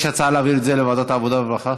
יש הצעה להעביר את זה לוועדת העבודה והרווחה.